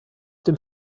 dem